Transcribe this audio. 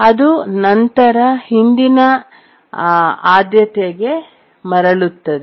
ಅದು ನಂತರ ಅದರ ಹಿಂದಿನ ಆದ್ಯತೆಗೆ ಮರಳುತ್ತದೆ